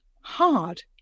hard